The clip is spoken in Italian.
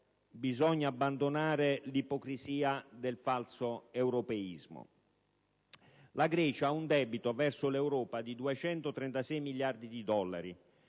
abbandonare l'ipocrisia del falso europeismo. La Grecia ha un debito verso l'Europa di 236 miliardi di dollari,